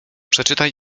przeczytaj